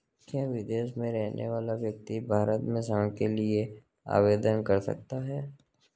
क्या विदेश में रहने वाला व्यक्ति भारत में ऋण के लिए आवेदन कर सकता है?